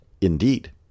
Indeed